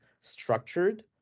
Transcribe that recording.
structured